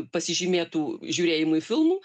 pasižymėtų žiūrėjimui filmų